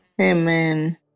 Amen